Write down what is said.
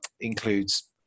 includes